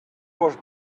was